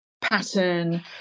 pattern